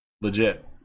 Legit